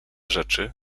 rzeczy